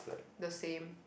the same